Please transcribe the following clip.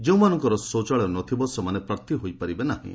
ଯେଉଁମାନଙ୍କର ଶୌଚାଳୟ ନଥିବ ସେମାନେ ପ୍ରାର୍ଥୀ ହୋଇପାରିବେ ନାହିଁ